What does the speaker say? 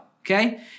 okay